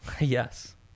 Yes